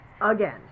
again